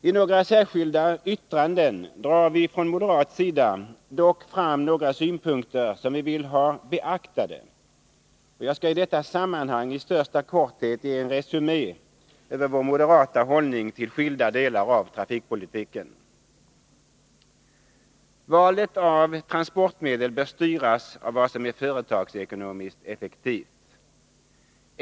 I några särskilda yttranden drar vi från moderat sida dock fram några synpunkter som vi vill ha beaktade, och jag skalli detta sammanhang i största korthet ge en resumé över vår moderata hållning till skilda delar av trafikpolitiken. Valet av transportmedel bör styras av vad som är företagsekonomiskt effektivt.